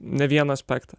ne vieną aspektą